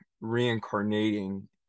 reincarnating